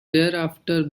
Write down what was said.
thereafter